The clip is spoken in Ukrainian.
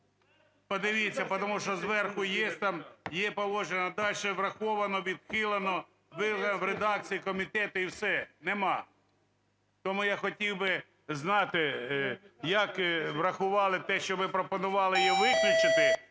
Подивіться, тому що зверху є положення, а далі: враховано, відхилено, враховано в редакції комітету – і все – нема. Тому я хотів би знати, як врахували те, що ви пропонували, її виключити,